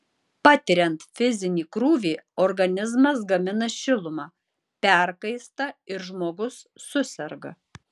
patiriant fizinį krūvį organizmas gamina šilumą perkaista ir žmogus suserga